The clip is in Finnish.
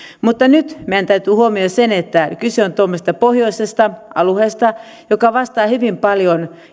mutta nyt meidän täytyy huomioida se että kyse on tuommoisesta pohjoisesta alueesta joka vastaa hyvin paljon